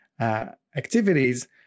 activities